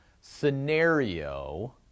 scenario